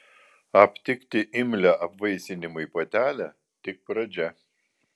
aptikti imlią apvaisinimui patelę tik pradžia